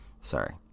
Sorry